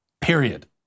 period